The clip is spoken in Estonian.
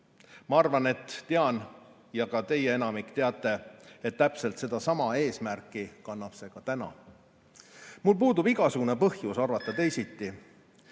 Ma arvan, et teist enamik teab, et täpselt sedasama eesmärki kannab see ka praegu. Mul puudub igasugune põhjus arvata teisiti.